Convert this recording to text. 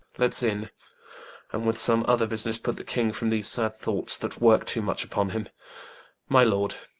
let's in and with some other busines, put the king from these sad thoughts, that work too much vpon him my lord,